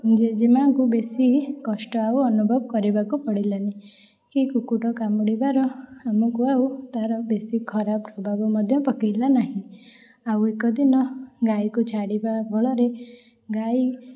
ଜେଜେମା'ଙ୍କୁ ବେଶି କଷ୍ଟ ଆଉ ଅନୁଭବ କରିବାକୁ ପଡ଼ିଲାନି କି କୁକୁର କାମୁଡ଼ିବାର ଆମକୁ ଆଉ ତା'ର ବେଶି ଖରାପ ପ୍ରଭାବ ମଧ୍ୟ ପକେଇଲା ନାହିଁ ଆଉ ଏକ ଦିନ ଗାଈକୁ ଛାଡ଼ିବା ଫଳରେ ଗାଈ